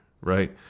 right